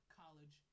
college